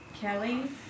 Kelly